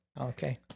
Okay